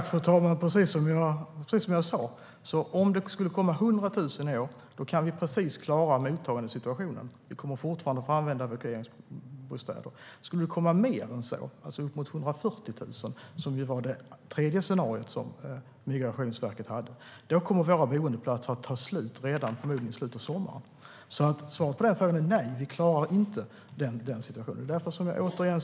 Fru talman! Det är precis som jag sa: Om det skulle komma 100 000 i år kan vi precis klara mottagandesituationen. Vi kommer fortfarande att få använda evakueringsbostäder. Skulle det komma fler än så - alltså uppemot 140 000, som är det tredje scenariot som Migrationsverket har - kommer våra boendeplatser att ta slut, förmodligen redan i slutet av sommaren. Svaret på frågan är alltså nej. Vi klarar inte den situationen.